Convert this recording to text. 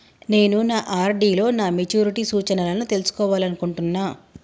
నేను నా ఆర్.డి లో నా మెచ్యూరిటీ సూచనలను తెలుసుకోవాలనుకుంటున్నా